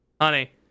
honey